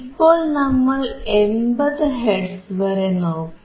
ഇപ്പോൾ നമ്മൾ 80 ഹെർട്സ് വരെ നോക്കി